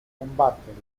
combattere